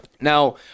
Now